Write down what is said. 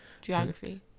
Geography